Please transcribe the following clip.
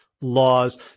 laws